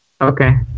okay